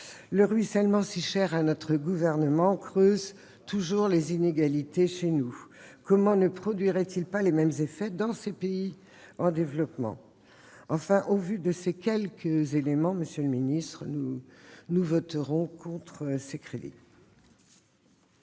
le ruissellement, si cher à notre gouvernement, creuse toujours les inégalités chez nous : comment ne produirait-il pas les mêmes effets dans les pays en développement ? Compte tenu de ces observations, monsieur le ministre, nous voterons contre les crédits